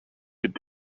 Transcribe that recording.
could